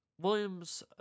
Williams